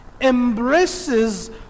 embraces